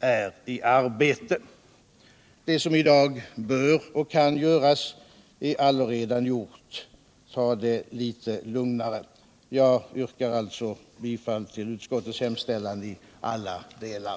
vara i arbete. Det som i dag kan och bör göras är allaredan gjort. Ta det litet lugnare! Jag yrkar bifall till utskottets hemställan i alla delar.